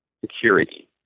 security